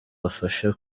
abafashe